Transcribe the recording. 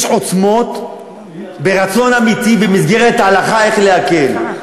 יש עוצמות, ברצון אמיתי, במסגרת ההלכה, איך להקל.